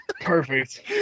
Perfect